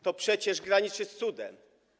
To przecież graniczy z cudem.